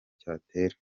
cyatera